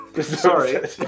sorry